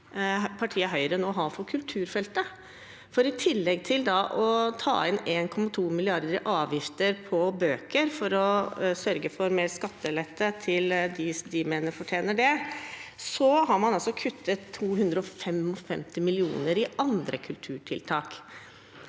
partiet Høyre nå har for kulturfeltet. I tillegg til å ta inn 1,2 mrd. kr i avgifter på bøker for å sørge for mer skattelette til dem de mener fortjener det, har man altså kuttet 255 mill. kr i andre kulturtiltak.